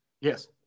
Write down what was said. Yes